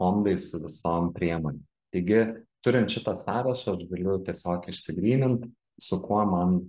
fondais su visom priemonėm taigi turint šitą sąrašą aš galiu tiesiog išsigrynint su kuo man